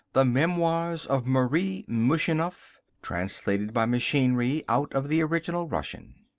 the memoirs of marie mushenough translated, by machinery, out of the original russian.